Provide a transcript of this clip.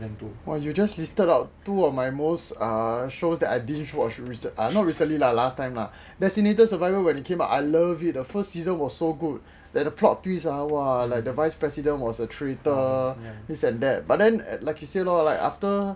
!wah! you're just listed out two of my most ah shows that I binged watch recently !wah! not recently lah last time are designated survivor when it came out I love it a first season was so good that's a plot twist ah !wah! like the vice president was a traitor this and that but then like you said lor after